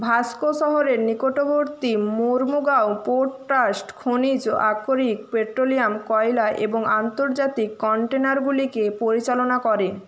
Vasco শহরের নিকটবর্তী Mormugao port trust খনিজ আকরিক পেট্রোলিয়াম কয়লা এবং আন্তর্জাতিক কন্টেনারগুলিকে পরিচালনা করে